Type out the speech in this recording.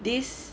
this